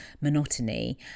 monotony